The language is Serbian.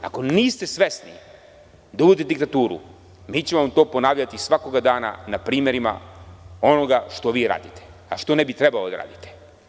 Ako niste svesni da uvodite diktaturu, mi ćemo vam to ponavljati svakog dana na primerima onoga što vi radite, a što ne bi trebalo da radite.